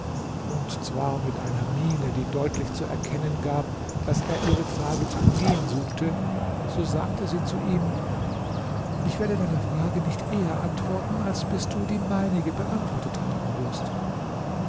und zwar mit einer miene die deutlich zu erkennen gab daß er ihre frage zu umgehen suchte so sagte sie zu ihm ich werde deine frage nicht eher beantworten als bis du die meinige beantwortet haben wirst